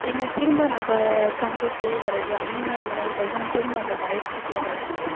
என்ன திரும்ப நம்ம கம்பு கேழ்வரகு அந்த மாதிரி உணவுகள் தான் திரும்ப அந்த டயட் ஃபுட்டில் வருது